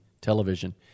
television